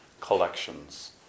collections